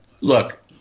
look